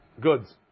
goods